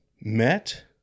met